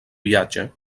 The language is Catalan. viatge